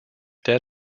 dead